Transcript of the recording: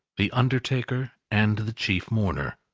the undertaker, and the chief mourner.